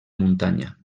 muntanya